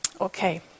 Okay